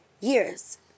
years